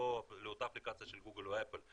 לאותה אפליקציה של גוגל או אפל,